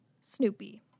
Snoopy